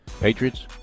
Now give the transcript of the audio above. Patriots